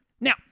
Now